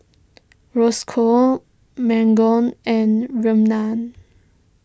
Roscoe Margot and Reanna